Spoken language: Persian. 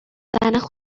داره، زن